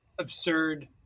absurd